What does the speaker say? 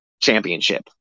championship